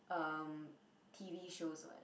um t_v shows [what]